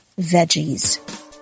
veggies